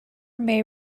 may